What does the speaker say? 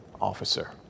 officer